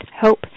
hope